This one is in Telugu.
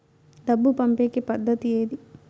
డబ్బు పంపేకి పద్దతి ఏది